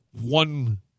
one